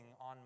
on